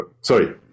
sorry